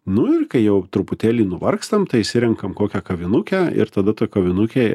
nu ir kai jau truputėlį nuvargstam tai išsirenkam kokią kavinukę ir tada ta kavinukė